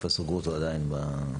פרופ' איתמר גרוטו נמצא איתנו.